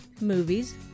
movies